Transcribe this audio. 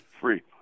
free